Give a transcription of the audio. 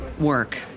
work